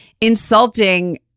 insulting